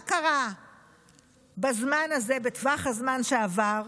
מה קרה בזמן הזה, בטווח הזמן שעבר?